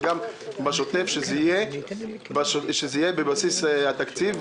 וגם בשוטף שזה יהיה בבסיס התקציב,